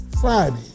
Friday